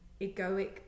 egoic